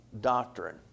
doctrine